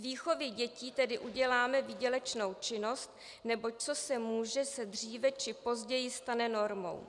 Z výchovy dětí tedy uděláme výdělečnou činnost, neboť co se může, se dříve či později stane normou.